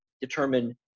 determine